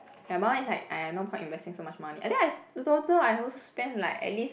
my mum is like !aiya! no point investing so much money I think I total I also spend like at least